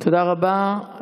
תודה רבה,